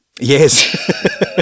Yes